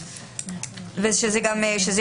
ושההצעות יגיעו אליכן כמה שיותר מהר.